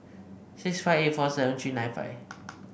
six five eight four seven three nine five